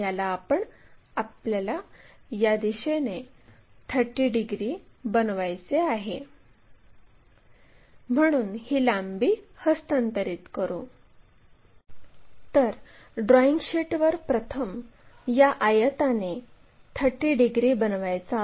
आता आपल्याला PR ची लांबी आवश्यक आहे आणि QR ची लांबी आवश्यक आहे अशाप्रकारे आपण PQ आणि QR दरम्यान हा खरा कोन बनवितो